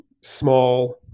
small